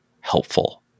helpful